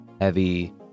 heavy